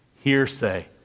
hearsay